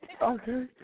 Okay